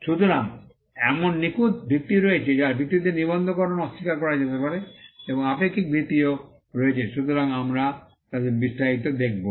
সুতরাং এমন নিখুঁত ভিত্তি রয়েছে যার ভিত্তিতে নিবন্ধকরণ অস্বীকার করা যেতে পারে এবং আপেক্ষিক ভিত্তিও রয়েছে সুতরাং আমরা তাদের বিস্তারিত দেখব